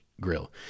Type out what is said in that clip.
Grill